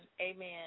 amen